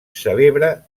celebra